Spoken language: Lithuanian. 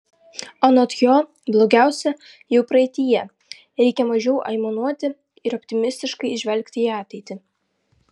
anot jo blogiausia jau praeityje reikia mažiau aimanuoti ir optimistiškai žvelgti į ateitį